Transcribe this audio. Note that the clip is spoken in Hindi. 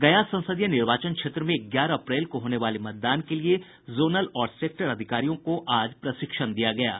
गया संसदीय निर्वाचन क्षेत्र में ग्यारह अप्रैल को होने वाले मतदान के लिए जोनल और सेक्टर अधिकारियों को प्रशिक्षण दिया गया है